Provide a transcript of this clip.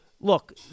look